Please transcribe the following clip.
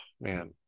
man